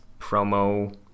promo